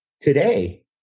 today